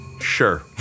Sure